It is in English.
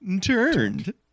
turned